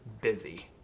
busy